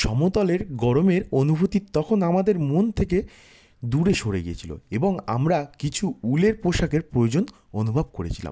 সমতলের গরমের অনুভূতি তখন আমাদের মন থেকে দূরে সরে গিয়েছিলো এবং আমরা কিছু উলের পোশাকের প্রয়োজন অনুভব করেছিলাম